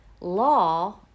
law